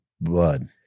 blood